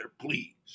please